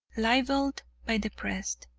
libeled by the press,